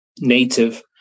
native